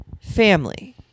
family